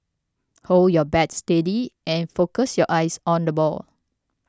hold your bat steady and focus your eyes on the ball